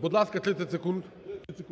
Будь ласка, 30 секунд. БАРНА